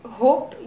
hope